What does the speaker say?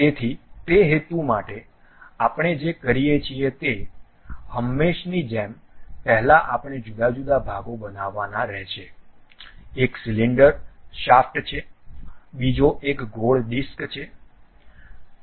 તેથી તે હેતુ માટે આપણે જે કરીએ છીએ તે હંમેશની જેમ પહેલા આપણે જુદા જુદા ભાગો બનાવવાના છે એક સિલિન્ડર શાફ્ટ છે બીજો એક ગોળ ડિસ્ક છે